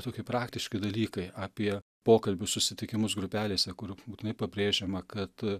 toki praktiški dalykai apie pokalbius susitikimus grupelėse kur būtinai pabrėžiama kad